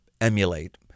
emulate